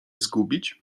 zgubić